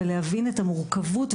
ולהבין את המורכבות,